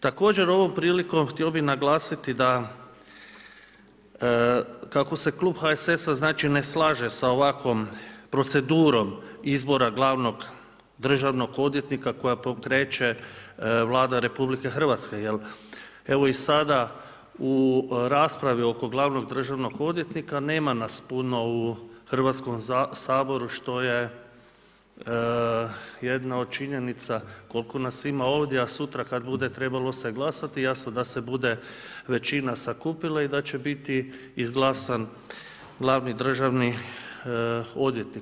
Također ovom prilikom htio bih naglasiti da kako se klub HSS-a znači ne slaže sa ovakvom procedurom izbora glavnog državnog odvjetnika koju pokreće Vlada RH jer evo i sada u raspravi oko glavnog državnog odvjetnika nema nas puno u Hrvatskom saboru što je jedna od činjenica koliko nas ima ovdje a sutra kada bude trebalo se glasati jasno da se bude većina sakupila i da će biti izglasan glavni državni odvjetnik.